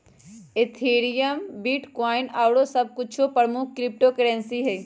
Ethereum, bitcoin आउरो सभ कुछो प्रमुख क्रिप्टो करेंसी हइ